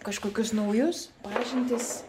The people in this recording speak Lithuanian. kažkokius naujus pažintis